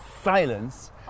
silence